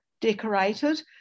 decorated